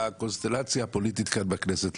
הקונסטלציה הפוליטית כאן בכנסת,